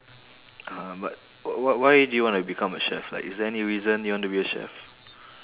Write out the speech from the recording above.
uh but wh~ wh~ why do you wanna become a chef like is there any reason you wanna be a chef